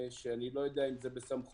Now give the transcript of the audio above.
שאני לא יודע אם זה בסמכותכם,